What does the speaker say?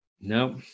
Nope